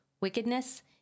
wickedness